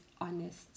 honest